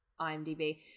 IMDb